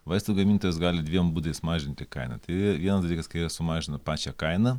vaistų gamintojas gali dviem būdais mažinti kainą tai vienas dalykas kai jie sumažina pačią kainą